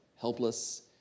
helpless